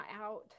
out